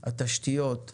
משרד התשתיות,